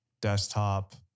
desktop